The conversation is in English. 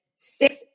six